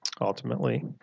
ultimately